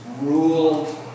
ruled